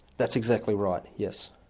that's exactly right, yes.